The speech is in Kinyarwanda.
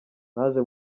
naje